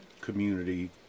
community